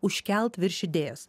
užkelt virš idėjos